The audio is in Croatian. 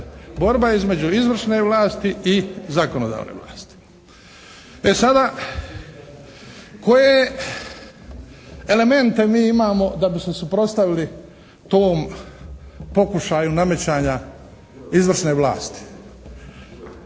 borba između izvršne vlasti i zakonodavne vlasti. E sada, koje elemente mi imamo da bi se suprotstavili tom pokušaju namećanja izvršne vlasti.